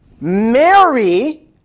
Mary